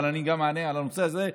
אבל אני אענה גם על הנושא הזה,